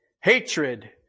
Hatred